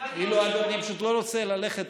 אני פשוט לא רוצה ללכת,